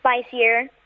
spicier